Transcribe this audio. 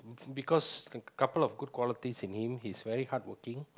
because a couple of qualities in him he's very hardworking